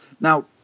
Now